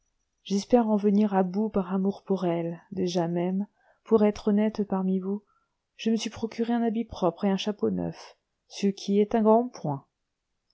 j'espère en venir à bout par amour pour elle déjà même pour être honnête parmi vous je me suis procuré un habit propre et un chapeau neuf ce qui est un grand point